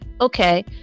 okay